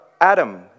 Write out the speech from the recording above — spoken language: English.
Adam